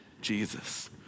Jesus